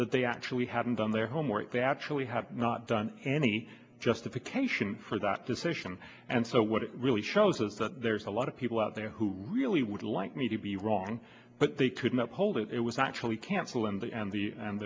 that they actually haven't done their homework they actually have not done any justification for that decision and so what it really shows is that there's a lot of people out there who really would like me to be wrong but they couldn't hold it was actually cancel and the and the and